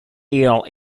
eel